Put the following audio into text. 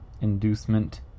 inducement